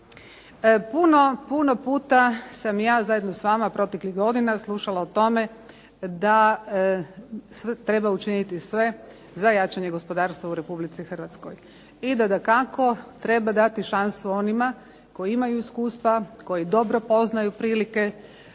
Puno puta sam ja zajedno s vama proteklih godina slušala o tome da treba učiniti sve za jačanje gospodarstva u Republici Hrvatskoj i da dakako treba dati šansu onima koji imaju iskustva, koji dobro poznaju prilike.